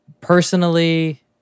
Personally